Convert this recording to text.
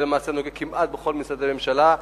למעשה זה נוגע כמעט בכל משרדי הממשלה: